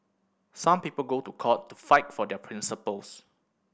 some people go to court to fight for their principles